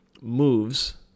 moves